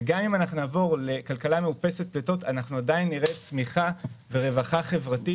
וגם אם נעבור לכלכלה מאופסת פליטות עדיין נראה צמיחה ורווחה חברתית,